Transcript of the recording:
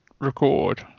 record